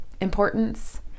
importance